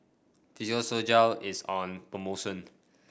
Physiogel is on promotion